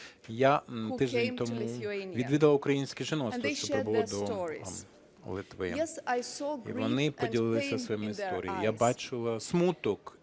Я тиждень тому відвідала українське жіноцтво, що прибуло до Литви і вони поділилися своїми історіями, я бачила смуток